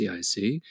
CIC